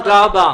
תודה.